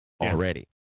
already